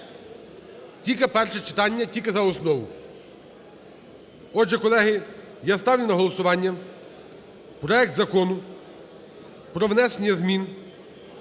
Тільки перше читання, тільки за основу. Отже, колеги, я ставлю на голосування проект Закону про внесення змін